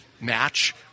match